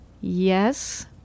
Yes